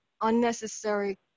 unnecessary